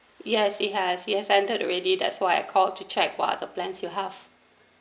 yes it has it has ended already that's why I called to check what are the plans your have